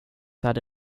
hade